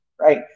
right